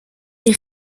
est